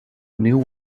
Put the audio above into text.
new